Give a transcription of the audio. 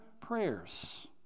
prayers